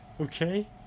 okay